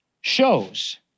shows